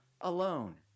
alone